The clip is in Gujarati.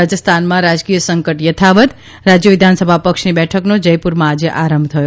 રાજસ્થાનમાં રાજકીય સંકટ યથાવત્ રાજ્ય વિધાનસભા પક્ષની બેઠકનો જયપુરમાં આજે આરંભ થયો